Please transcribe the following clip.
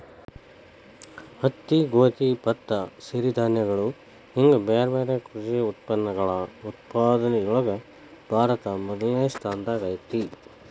ಹತ್ತಿ, ಗೋಧಿ, ಭತ್ತ, ಸಿರಿಧಾನ್ಯಗಳು ಹಿಂಗ್ ಬ್ಯಾರ್ಬ್ಯಾರೇ ಕೃಷಿ ಉತ್ಪನ್ನಗಳ ಉತ್ಪಾದನೆಯೊಳಗ ಭಾರತ ಮೊದಲ್ನೇ ಸ್ಥಾನದಾಗ ಐತಿ